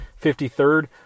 53rd